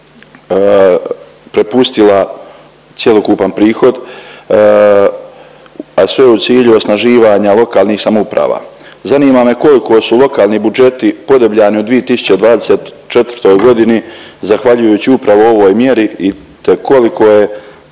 prepustila cjelokupan prihod, a sve u cilju osnaživanja lokalnih samouprava. Zanima me koliko su lokalni budžeti podebljani od 2024. godini zahvaljujući upravo ovoj mjeri, te koliko je